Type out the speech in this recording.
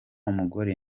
mugore